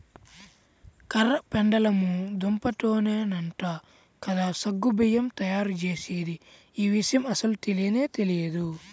కర్ర పెండలము దుంపతోనేనంట కదా సగ్గు బియ్యం తయ్యారుజేసేది, యీ విషయం అస్సలు తెలియనే తెలియదు